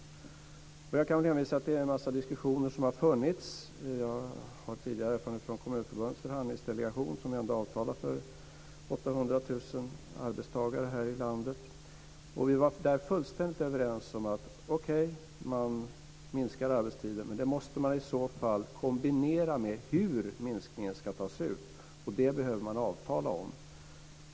Jag kan hänvisa till en mängd diskussioner som har varit. Jag har tidigare erfarenhet från Kommunförbundets förhandlingsdelegation som ändå avtalar för 800 000 arbetstagare här i landet. Vi var där fullständigt överens om att det är okej att man minskar arbetstiden men att man i så fall måste kombinera det med hur minskningen ska tas ut, och det behöver man avtala om.